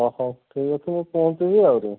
ହଁ ହଉ ହଉ ଠିକ୍ ଅଛି ମୁଁ ପହଞ୍ଚିବି ଆହୁରି